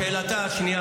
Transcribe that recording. לשאלה השנייה,